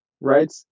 right